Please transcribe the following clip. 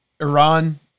Iran